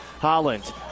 Holland